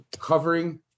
covering